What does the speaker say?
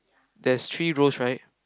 there's three rows right